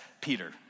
Peter